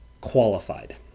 qualified